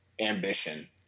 ambition